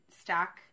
stack